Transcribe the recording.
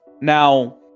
Now